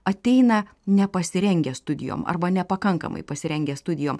ateina nepasirengę studijom arba nepakankamai pasirengę studijom